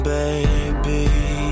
baby